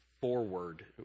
forward